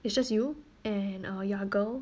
it's just you and err you're a girl